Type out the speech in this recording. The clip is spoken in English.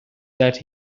that